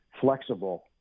flexible